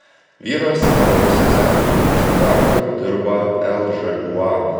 vyras tapo socialinių mokslų daktaru dirba lžūa